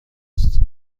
است